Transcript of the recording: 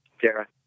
Dara